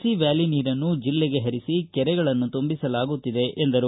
C valley ನೀರನ್ನು ಜಿಲ್ಲೆಗೆ ಹರಿಸಿ ಕೆರೆಗಳನ್ನು ತುಂಬಿಸಲಾಗುತ್ತಿದೆ ಎಂದರು